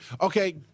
Okay